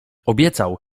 obiecał